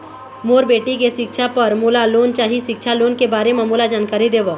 मोर बेटी के सिक्छा पर मोला लोन चाही सिक्छा लोन के बारे म मोला जानकारी देव?